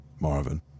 Marvin